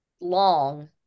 long